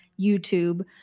YouTube